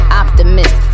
optimist